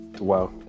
Wow